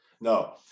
No